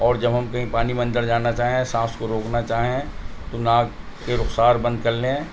اور جب ہم کہیں پانی میں اندر جانا چاہیں سانس کو روکنا چاہیں تو ناک کے رخسار بند کر لیں